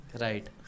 Right